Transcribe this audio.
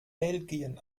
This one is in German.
belgien